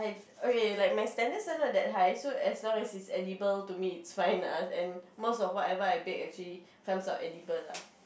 okay like my standards are not that high so as long as it's edible to me it's fine lah and most of whatever I baked actually is some sort edible lah